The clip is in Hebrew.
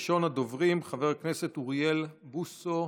ראשון הדוברים, חבר הכנסת אוריאל בוסו,